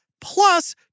plus